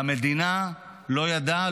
המדינה לא ידעה,